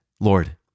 Lord